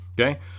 Okay